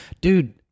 dude